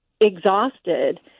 exhausted